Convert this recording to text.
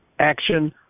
action